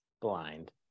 blind